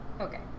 Okay